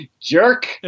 Jerk